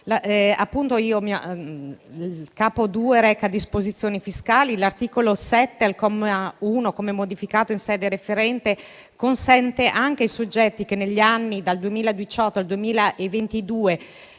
reca disposizioni fiscali. L'articolo 7, al comma 1, come modificato in sede referente, consente anche ai soggetti che negli anni dal 2018 al 2022